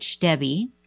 Debbie